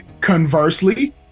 Conversely